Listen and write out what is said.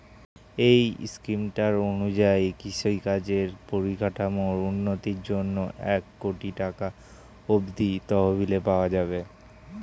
এই স্কিমটার অনুযায়ী কৃষিকাজের পরিকাঠামোর উন্নতির জন্যে এক কোটি টাকা অব্দি তহবিল পাওয়া যাবে